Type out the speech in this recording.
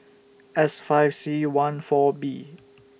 S five C one four B